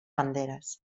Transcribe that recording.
banderas